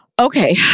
Okay